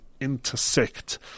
intersect